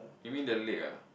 you mean the leg ah